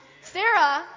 Sarah